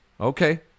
Okay